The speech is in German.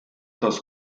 das